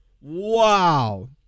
Wow